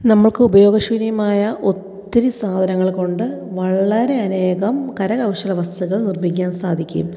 നമുക്ക് ഉപയോഗ ശൂന്യമായ ഒത്തിരി സാധനങ്ങള് കൊണ്ട് വളരെ അനേകം കരകൗശല വസ്തുക്കള് നിര്മ്മിക്കാന് സാധിക്കും